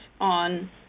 on